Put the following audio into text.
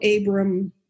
Abram